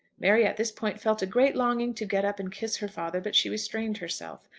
mary at this point felt a great longing to get up and kiss her father but she restrained herself.